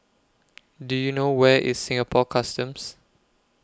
Do YOU know Where IS Singapore Customs